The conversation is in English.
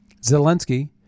Zelensky